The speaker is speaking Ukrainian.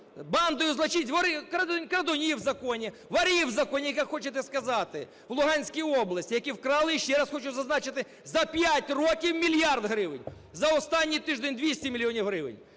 бандою злочинців, вори... крадунів в законі, ворів в законі, як хочете сказати, в Луганській області, які вкрали, ще раз хочу зазначити, за 5 років – мільярд гривень, за останній тиждень – 200 мільйонів гривень.